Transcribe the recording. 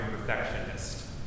perfectionist